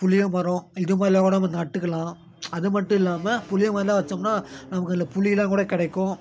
புளியமரம் இதுமாதிரில்லாம் கூட நட்டுக்கலாம் அதுமட்டும் இல்லாமல் புளியமரல்லாம் வச்சோம்னா நமக்கு அதில் புளிலாம் கூட கிடைக்கும்